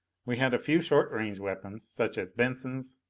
we had a few short-range weapons, such as bensons,